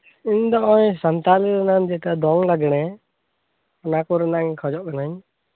ᱤᱧ ᱫᱚ ᱱᱚᱜᱼᱚᱭ ᱥᱟᱱᱛᱟᱞᱤ ᱨᱮᱱᱟᱜ ᱡᱮᱴᱟ ᱫᱚᱝ ᱞᱟᱜᱽᱲᱮ ᱚᱱᱟ ᱠᱚᱨᱮᱱᱟ ᱤᱧ ᱠᱷᱚᱡᱚᱜ ᱠᱟᱹᱱᱟᱧ